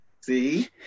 See